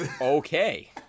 Okay